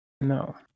No